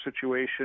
situation